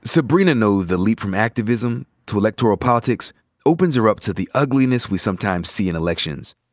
sybrina knows the leap from activism to electoral politics opens her up to the ugliness we sometimes see in elections.